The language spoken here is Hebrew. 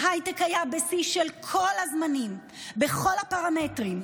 ההייטק היה בשיא של כל הזמנים, בכל הפרמטרים.